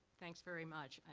thanks very much.